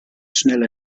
schnell